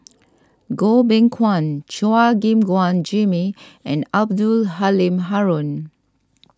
Goh Beng Kwan Chua Gim Guan Jimmy and Abdul Halim Haron